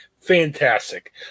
Fantastic